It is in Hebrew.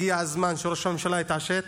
הגיע הזמן שראש הממשלה יתעשת